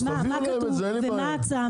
ומה ההצעה?